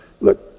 look